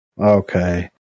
Okay